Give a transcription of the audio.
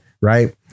right